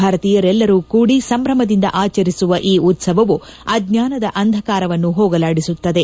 ಭಾರತೀಯರೆಲ್ಲರೂ ಕೂಡಿ ಸಂಭ್ರಮದಿಂದ ಆಚರಿಸುವ ಈ ಉತ್ಸವವು ಅಜ್ಞಾನದ ಅಂಧಕಾರವನ್ನು ಹೋಗಲಾಡಿಸುತ್ತದೆ